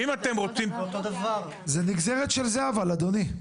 אבל זה נגזרת של זה, אדוני.